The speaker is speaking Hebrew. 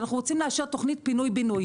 אנחנו רוצים לאשר תוכנית פינוי-בינוי.